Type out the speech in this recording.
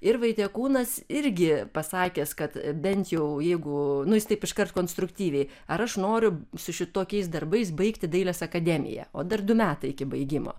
ir vaitiekūnas irgi pasakęs kad bent jau jeigu nu jis taip iškart konstruktyviai ar aš noriu su šitokiais darbais baigti dailės akademiją o dar du metai iki baigimo